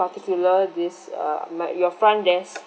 particular this uh might your front desk